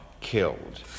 killed